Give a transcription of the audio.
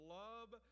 love